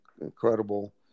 incredible